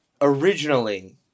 originally